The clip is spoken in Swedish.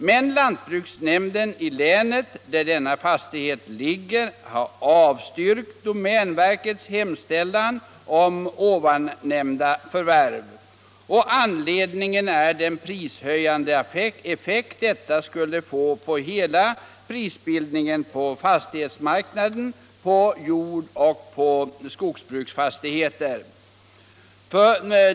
Men lantbruksnämnden i det län där denna fastighet ligger har avstyrkt domänverkets hemställan om nämnda förvärv. Och anledningen är den prishöjande effekt detta skulle få på hela prisbildningen på fastighetsmarknaden när det gäller jordoch skogsbruksfastigheter.